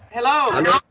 Hello